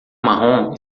marrom